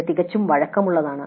ഇത് തികച്ചും വഴക്കമുള്ളതാണ്